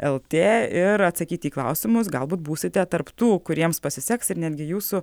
eltė ir atsakyti į klausimus galbūt būsite tarp tų kuriems pasiseks ir netgi jūsų